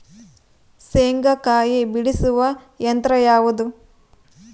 ಶೇಂಗಾಕಾಯಿ ಬಿಡಿಸುವ ಯಂತ್ರ ಯಾವುದು?